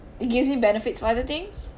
it gives me benefits for other things